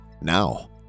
now